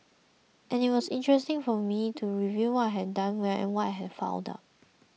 and it was interesting for me to review what I had done well and what I had fouled up